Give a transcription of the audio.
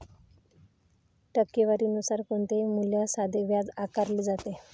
टक्केवारी नुसार कोणत्याही मूल्यावर साधे व्याज आकारले जाते